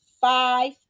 five